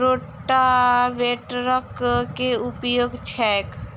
रोटावेटरक केँ उपयोग छैक?